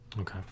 Okay